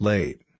Late